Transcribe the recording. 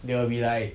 they will be like